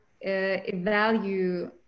evaluate